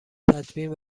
تدوین